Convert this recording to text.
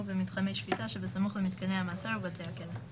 במתחמי שפיטה שב"סמוך למתקני המעצר ובתי הכלא".